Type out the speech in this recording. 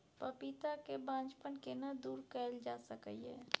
पपीता के बांझपन केना दूर कैल जा सकै ये?